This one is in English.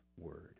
word